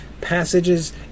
passages